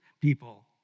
people